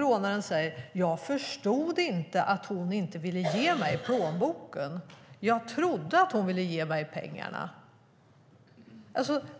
Rånaren säger: Jag förstod inte att hon inte ville ge mig plånboken. Jag trodde att hon ville ge mig pengarna.